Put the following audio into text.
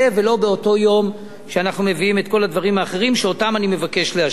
ולא באותו יום שאנחנו מביאים את כל הדברים האחרים שאותם אני מבקש לאשר.